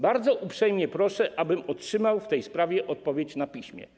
Bardzo uprzejmie proszę, abym otrzymał w tej sprawie odpowiedź na piśmie.